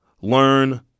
learn